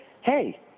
hey